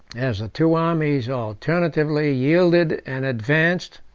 as the two armies alternately yielded and advanced,